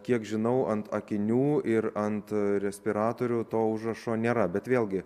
kiek žinau ant akinių ir ant respiratorių to užrašo nėra bet vėlgi